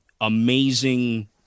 amazing